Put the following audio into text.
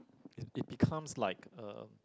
it it becomes like uh